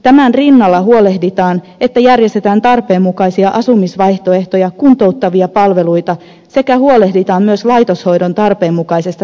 tämän rinnalla huolehditaan että järjestetään tarpeenmukaisia asumisvaihtoehtoja kuntouttavia palveluita sekä huolehditaan myös laitoshoidon tarpeenmukaisesta saatavuudesta